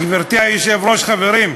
גברתי היושבת-ראש, חברים,